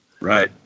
right